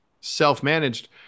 self-managed